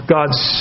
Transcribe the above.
God's